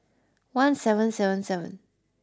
one seven seven seven